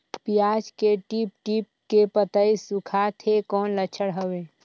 पियाज के टीप टीप के पतई सुखात हे कौन लक्षण हवे?